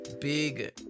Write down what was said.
big